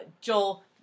Joel